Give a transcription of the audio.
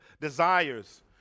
desires